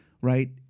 right